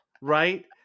Right